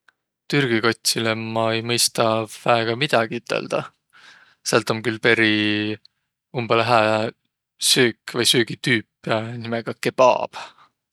Türgü kotsilõ ma ei mõistaq väega midägi üteldäq. Säält om külh peri umbõlõ hää süük vai söögitüüp nimega kebab.